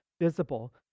visible